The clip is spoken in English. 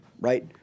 right